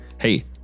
hey